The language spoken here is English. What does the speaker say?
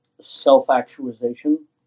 self-actualization